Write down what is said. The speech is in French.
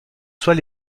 soit